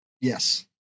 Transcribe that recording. Yes